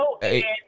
hey